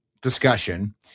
discussion